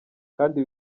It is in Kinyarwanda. kandi